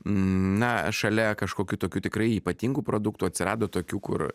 na šalia kažkokių tokių tikrai ypatingų produktų atsirado tokių kur